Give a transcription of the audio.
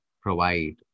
provide